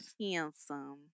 handsome